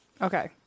okay